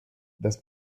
das